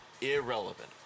Irrelevant